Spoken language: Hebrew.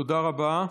תודה רבה.